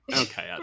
okay